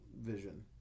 vision